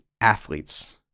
athletes